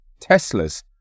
Teslas